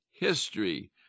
History